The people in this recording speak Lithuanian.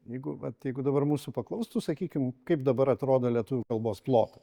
jeigu vat jeigu dabar mūsų paklaustų sakykim kaip dabar atrodo lietuvių kalbos plotas